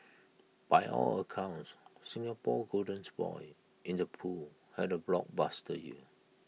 by all accounts Singapore's golden boy in the pool had A blockbuster year